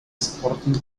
sporting